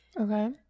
Okay